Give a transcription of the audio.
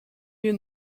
you